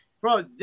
Bro